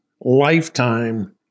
lifetime